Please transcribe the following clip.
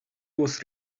was